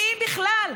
ואם בכלל,